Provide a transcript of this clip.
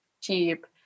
cheap